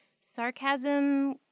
sarcasm